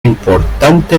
importante